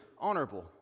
honorable